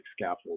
scaffold